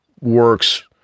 works